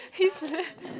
kids leh